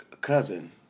cousin